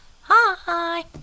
Hi